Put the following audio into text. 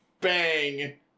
bang